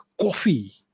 coffee